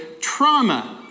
trauma